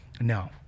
no